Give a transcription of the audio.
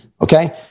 Okay